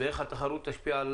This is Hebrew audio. ואיך התחרות תשפיע על